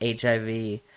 HIV